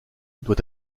doit